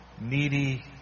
needy